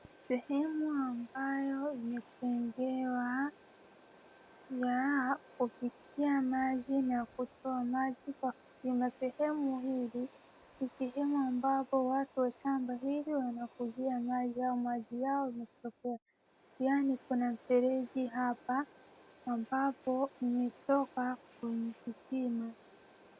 Sehemu ambayo imetengewa ya kufikia maji na kutoa maji kwa kisima. Sehemu hii ni sehemu ambapo watu wa shamba hili wanakujia maji, au maji yao imetokea. Yaani kuna mfereji hapa, ambapo umetoka kwenye kisima.